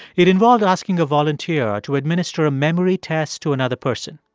it involved asking a volunteer to administer a memory test to another person.